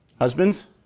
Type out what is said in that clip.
Husbands